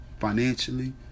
financially